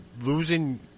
losing